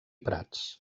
prats